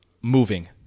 moving